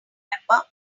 remember